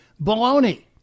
Baloney